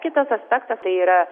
kitas aspektas tai yra